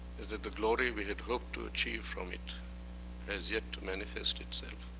is that the glory we had hoped to achieve from it has yet to manifest itself.